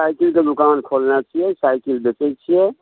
साइकिलके दोकान खोलने छियै साइकिल बेचै छियै